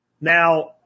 Now